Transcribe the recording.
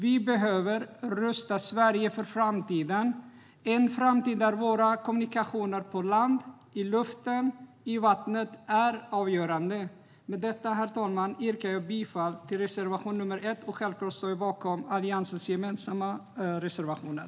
Vi behöver rusta Sverige för framtiden - en framtid där våra kommunikationer på land, i luften och i vattnet är avgörande. Herr talman! Med detta yrkar jag bifall till reservation nr 1, men självklart står jag bakom Alliansens gemensamma reservationer.